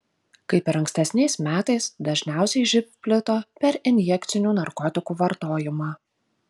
kaip ir ankstesniais metais dažniausiai živ plito per injekcinių narkotikų vartojimą